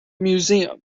museum